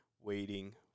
waiting